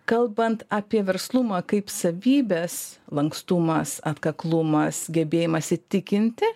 kalbant apie verslumą kaip savybes lankstumas atkaklumas gebėjimas įtikinti